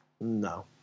No